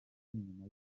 nyuma